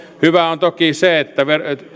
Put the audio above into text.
hyvää on toki se että